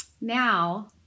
Now